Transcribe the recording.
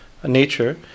Nature